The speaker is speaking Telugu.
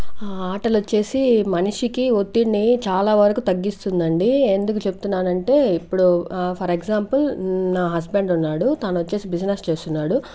ఆటలు వచ్చేసి మనిషికి ఒత్తిడిని చాలా వరకు తగ్గిస్తుందండి ఎందుకు చెప్తున్నానంటే ఇప్పుడు ఫర్ ఎగ్జాంపుల్ నా హస్బెండ్ ఉన్నాడు తను వచ్చేసి బిజినెస్ చేస్తున్నాడు